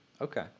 Okay